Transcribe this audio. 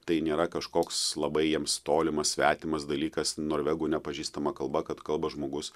tai nėra kažkoks labai jiems tolimas svetimas dalykas norvegų nepažįstama kalba kad kalba žmogus